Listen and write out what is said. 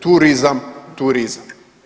Turizam, turizam.